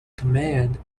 command